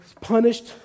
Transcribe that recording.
punished